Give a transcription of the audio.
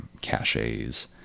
caches